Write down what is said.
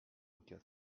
quatre